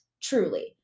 truly